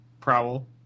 Prowl